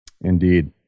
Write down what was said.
Indeed